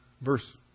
verse